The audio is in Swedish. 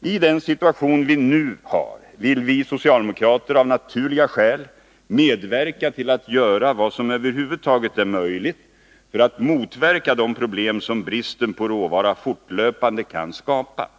I den situation som vi nu har vill vi socialdemokrater av naturliga skäl medverka till att göra vad som över huvud taget är möjligt för att motverka de problem som bristen på råvara fortlöpande kan skapa.